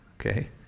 Okay